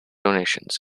donations